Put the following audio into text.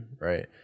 right